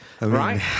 Right